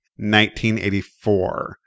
1984